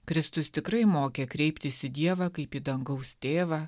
kristus tikrai mokė kreiptis į dievą kaip į dangaus tėvą